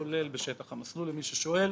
כולל בשטח המסלול למי ששואל,